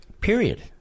Period